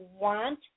want